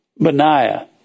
Beniah